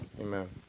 Amen